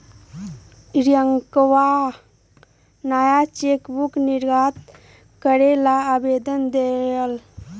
रियंकवा नया चेकबुक निर्गत करे ला आवेदन देलय